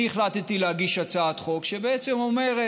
אני החלטתי להגיש הצעת חוק שאומרת: